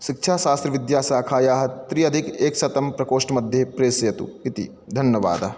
शिक्षा शास्त्रि विद्याशाखायाः त्रि अधिक एकशतं प्रकोष्ठमध्ये प्रेषयतु इति धन्यवादः